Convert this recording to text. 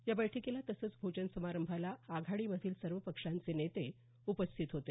या बैठकीला तसंच भोजन समारंभाला आघाडी मधील सर्व पक्षांचे नेते उपस्थित होते